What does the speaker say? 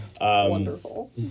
wonderful